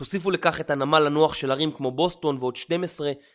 תוסיפו לקחת הנמל הנוח של ערים כמו בוסטון ועוד 12